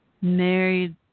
married